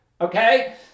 Okay